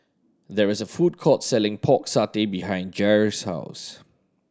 there is a food court selling Pork Satay behind Jair's house